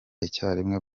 icyarimwe